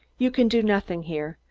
you can do nothing here,